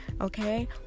okay